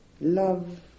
love